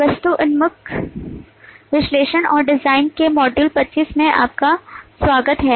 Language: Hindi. वस्तु उन्मुख विश्लेषण और डिज़ाइन के मॉड्यूल 25 में आपका स्वागत है